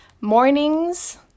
mornings